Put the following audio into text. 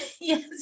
yes